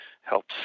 helps